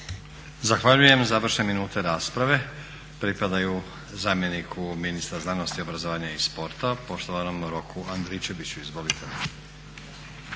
Zahvaljujem. Završne minute rasprave pripadaju zamjeniku ministra znanosti, obrazovanja i sporta poštovanom Roku Andričeviću. Izvolite.